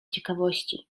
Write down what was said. ciekawości